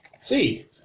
See